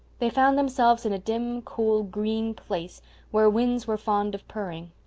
they found themselves in a dim, cool, green place where winds were fond of purring.